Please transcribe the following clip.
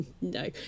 No